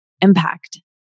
impact